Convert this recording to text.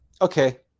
okay